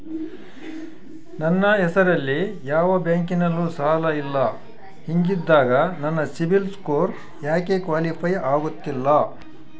ನನ್ನ ಹೆಸರಲ್ಲಿ ಯಾವ ಬ್ಯಾಂಕಿನಲ್ಲೂ ಸಾಲ ಇಲ್ಲ ಹಿಂಗಿದ್ದಾಗ ನನ್ನ ಸಿಬಿಲ್ ಸ್ಕೋರ್ ಯಾಕೆ ಕ್ವಾಲಿಫೈ ಆಗುತ್ತಿಲ್ಲ?